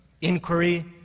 inquiry